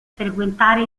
frequentare